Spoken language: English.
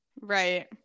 right